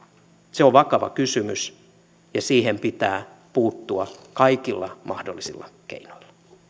se on vakava kysymys ja siihen pitää puuttua kaikilla mahdollisilla keinoilla